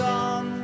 on